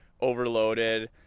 overloaded